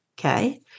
Okay